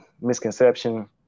misconception